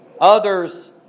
Others